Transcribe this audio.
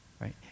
right